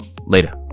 Later